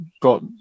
got